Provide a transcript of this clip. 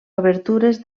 obertures